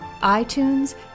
iTunes